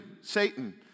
Satan